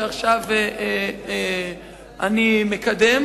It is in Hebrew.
שעכשיו אני מקדם